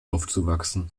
aufzuwachsen